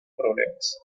problemas